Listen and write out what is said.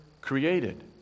created